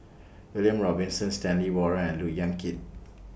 William Robinson Stanley Warren and Look Yan Kit